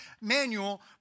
manual